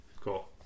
cool